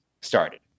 started